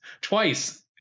twice